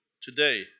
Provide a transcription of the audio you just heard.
today